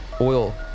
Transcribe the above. oil